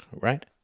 right